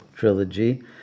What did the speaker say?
trilogy